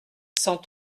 cent